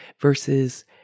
versus